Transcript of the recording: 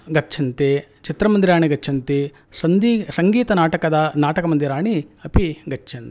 गच्छन्ति चित्रमन्दिराणि गच्छन्ति सन्धी सङ्गीतनाटकदा नाटकमन्दिराणि अपि गच्छन्ति